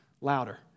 louder